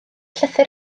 llythyr